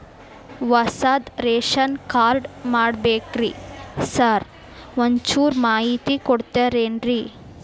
ಹೊಸದ್ ration card ಮಾಡ್ಬೇಕ್ರಿ sir ಒಂಚೂರ್ ಮಾಹಿತಿ ಕೊಡ್ತೇರೆನ್ರಿ?